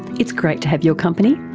it's great to have your company.